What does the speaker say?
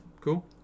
cool